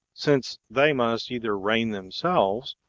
since they must either reign themselves,